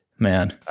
Man